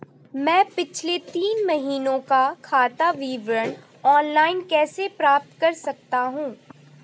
मैं पिछले तीन महीनों का खाता विवरण ऑनलाइन कैसे प्राप्त कर सकता हूं?